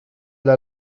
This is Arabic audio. إلى